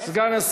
אם כן,